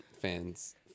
fans